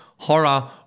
Horror